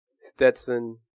Stetson